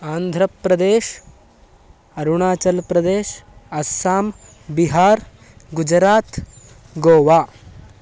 आन्ध्रप्रदेशः अरुणाचल्प्रदेशः अस्साम् बिहार् गुजरात् गोवा